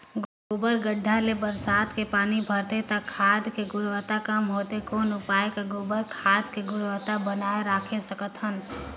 गोबर गढ्ढा ले बरसात मे पानी बहथे त खाद के गुणवत्ता कम होथे कौन उपाय कर गोबर खाद के गुणवत्ता बनाय राखे सकत हन?